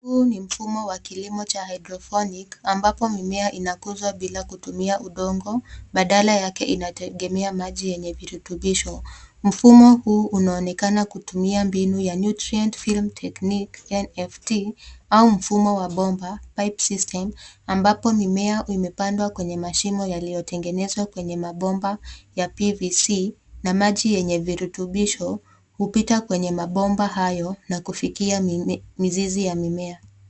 Huu ni mfumo wa kilimo wa hydroponic ambapo mimea inakuzwa bila kutumia udongo, badala yake inategemea maji yenye virutubisho. Mfumo huu unaonekana kutumiambinu ya nutrient film technique, NFT, au mfumo wa bomba, pipe system ambapo mimea imepandwa kwa mashimo yaliyptengenezwa kwenye mabomba ya PVC na maji yenye virutubisho hupita kwenye mabomba hayo na kufikia mizizi ya mimea.